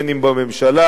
אם בממשלה